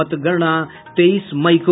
मतगणना तेईस मई को